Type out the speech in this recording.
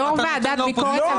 ושב ראש ועדת ביקורת המדינה?